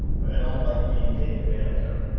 but i don't like being taken advantage of.